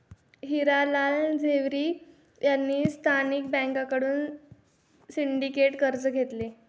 हिरा लाल झवेरी यांनी स्थानिक बँकांकडून सिंडिकेट कर्ज घेतले